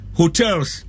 hotels